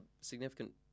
significant